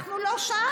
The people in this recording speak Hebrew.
אנחנו לא שם.